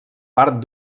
part